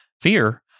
fear